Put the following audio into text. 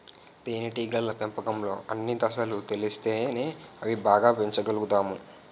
తేనేటీగల పెంపకంలో అన్ని దశలు తెలిస్తేనే అవి బాగా పెంచగలుతాము